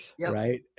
right